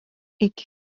iki